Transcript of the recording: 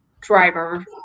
driver